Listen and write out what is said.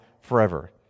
forever